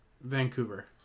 Vancouver